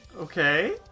Okay